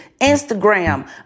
Instagram